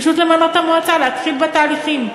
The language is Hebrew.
פשוט למנות את המועצה, להתחיל בתהליכים.